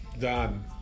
done